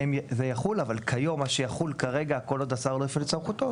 זה יחול אבל כיום מה שיחול כרגע כל עוד השר לא הפעיל את סמכותו,